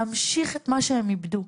להמשיך את מה שהם איבדו,